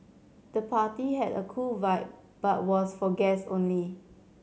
the party had a cool vibe but was for guests only